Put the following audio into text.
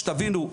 שתבינו,